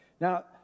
Now